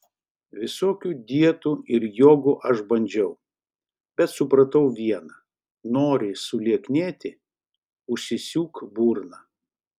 visokių dietų ir jogų aš bandžiau bet supratau viena nori sulieknėti užsisiūk burną